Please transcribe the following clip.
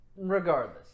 Regardless